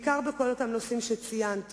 בעיקר בכל אותם נושאים שציינתי.